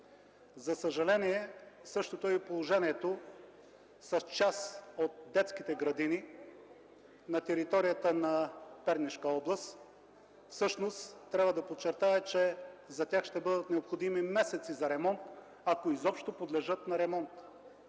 За съжаление същото е положението и с част от детските градини на територията на Пернишка област. Всъщност трябва да подчертая, че за тях ще бъдат необходими месеци за ремонт, ако изобщо подлежат на ремонт.